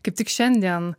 kaip tik šiandien